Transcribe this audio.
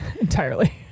Entirely